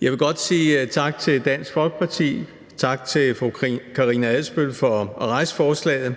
Jeg vil godt sige tak til Dansk Folkeparti, tak til fru Karina Adsbøl for at rejse forslaget